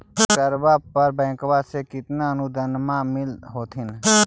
ट्रैक्टरबा पर बैंकबा से कितना अनुदन्मा मिल होत्थिन?